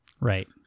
Right